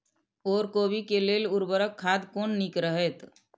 ओर कोबी के लेल उर्वरक खाद कोन नीक रहैत?